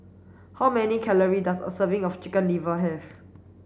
how many calories does a serving of chicken liver have